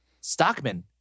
Stockman